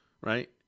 right